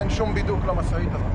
אין שום בידוק למשאית הזאת.